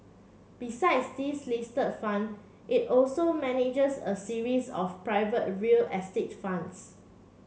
besides these list fund it also manages a series of private real estate funds